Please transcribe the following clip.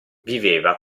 viveva